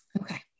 Okay